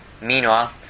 Meanwhile